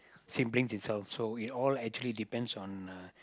siblings itself so it all actually depends on uh